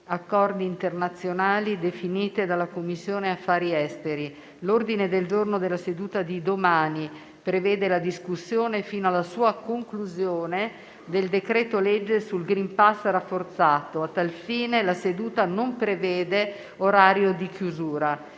accordi internazionali definite dalla Commissione affari esteri. L'ordine del giorno della seduta di domani prevede la discussione fino alla sua conclusione del decreto-legge sul *green pass* rafforzato. A tal fine, la seduta non prevede orario di chiusura.